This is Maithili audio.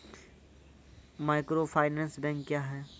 माइक्रोफाइनेंस बैंक क्या हैं?